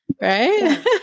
Right